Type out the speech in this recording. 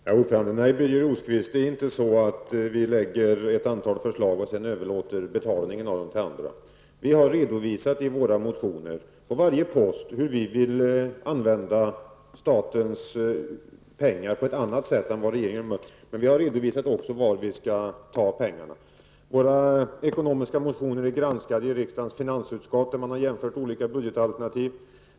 Herr talman! Nej, Birger Rosqvist, det är inte så att vi lägger fram ett antal förslag och sedan överlåter betalningen till andra. Vi har i våra motioner redovisat hur vi på varje post vill använda statens pengar på ett annat sätt än regeringen. Men vi har också redovisat var vi skall ta pengarna. Våra ekonomiska motioner är granskade av riksdagens finansutskott, där man har jämfört olika budgetalternativ.